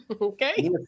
Okay